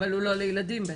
אבל הוא לא לילדים בטח.